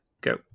go